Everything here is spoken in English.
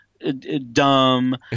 dumb